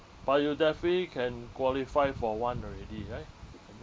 but you definitely can qualify for one already right